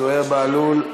זוהיר בהלול,